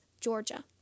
Georgia